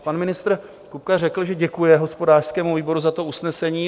Pan ministr Kupka řekl, že děkuje hospodářskému výboru za to usnesení.